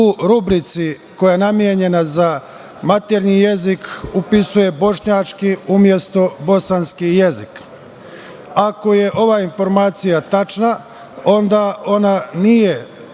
u rubrici koja je namenjena za maternji jezik upisuje bošnjački, umesto bosanski jezik? Ako je ova informacija tačna, onda ona nije